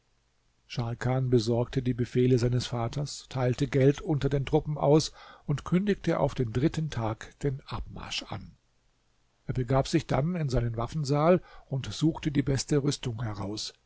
scharkan besorgte die befehle seines vaters teilte geld unter den truppen aus und kündigte auf den dritten tag den abmarsch an er begab sich dann in seinen waffensaal und suchte die beste rüstung heraus